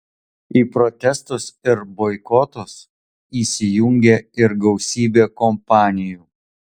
į protestus ir boikotus įsijungė ir gausybė kompanijų